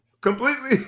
Completely